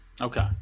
Okay